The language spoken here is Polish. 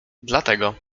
dlatego